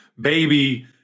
baby